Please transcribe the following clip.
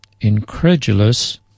incredulous